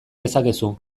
dezakezu